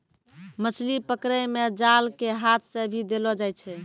मछली पकड़ै मे जाल के हाथ से भी देलो जाय छै